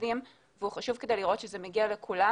בפנים והוא חשוב כדי לראות שזה מגיע לכולם